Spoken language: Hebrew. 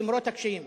למרות הקשיים.